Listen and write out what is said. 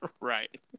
Right